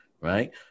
right